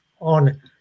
on